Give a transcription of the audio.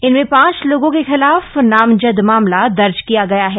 इनमें पांच लोगों के खिलाफ नामजद मामला दर्ज किया गया है